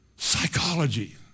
psychology